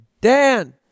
Dan